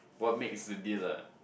what makes the deal ah